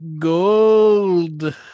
gold